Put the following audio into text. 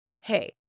hey